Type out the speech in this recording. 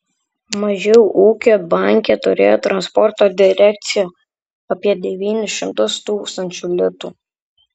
mažiau ūkio banke turėjo transporto direkcija apie devynis šimtus tūkstančių litų